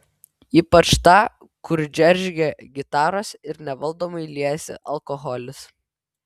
ypač tą kur džeržgia gitaros ir nevaldomai liejasi alkoholis